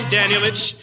Danielich